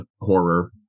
horror